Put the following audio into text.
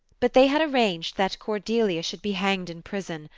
but they had arranged that cordelia should be hanged in prison,